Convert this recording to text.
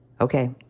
Okay